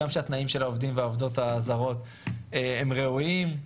גם שהתנאים של העובדים והעובדות הזרות הם ראויים,